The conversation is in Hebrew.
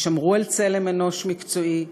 ושמרו על צלם אנוש מקצועי.